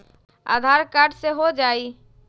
आधार card से हो जाइ?